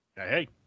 Hey